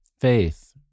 faith